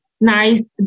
nice